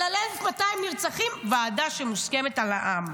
אבל על 1,200 נרצחים, ועדה שמוסכמת על העם?